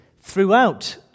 throughout